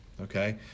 Okay